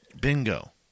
Bingo